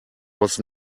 was